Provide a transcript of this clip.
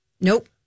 Nope